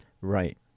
Right